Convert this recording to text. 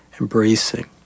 embracing